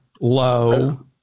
low